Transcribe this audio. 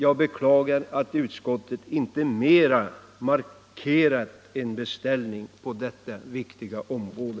Jag beklagar att utskottet inte tydligare har markerat en beställning på detta viktiga område.